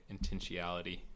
intentionality